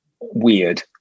weird